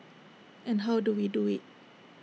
and how do we do IT